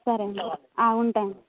సరే అండి ఉంటాను